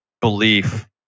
belief